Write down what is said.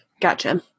Gotcha